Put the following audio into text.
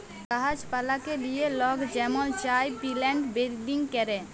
গাহাছ পালাকে লিয়ে লক যেমল চায় পিলেন্ট বিরডিং ক্যরে